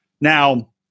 Now